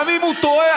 גם אם הוא טועה,